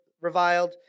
reviled